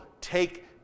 take